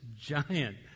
giant